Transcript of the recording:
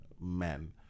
men